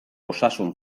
osasun